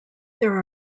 there